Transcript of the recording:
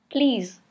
Please